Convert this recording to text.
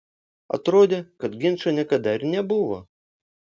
atrodė kad ginčo niekada ir nebuvo